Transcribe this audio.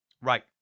Right